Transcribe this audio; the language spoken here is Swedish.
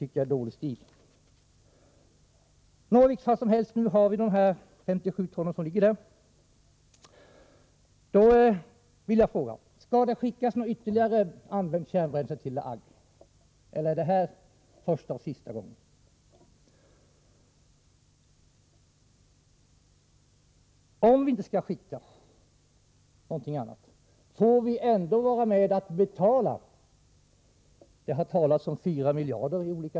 I vilket fall som helst ligger det just nu 57 ton där borta. Jag vill fråga: Skall det skickas ytterligare något använt kärnbränsle till La Hague, eller är det fråga om både den första och sista leveransen? Om vi inte skall skicka något ytterligare, får vi i så fall ändå vara med om att betala?